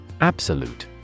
Absolute